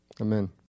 Amen